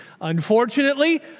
Unfortunately